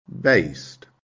Based